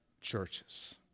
churches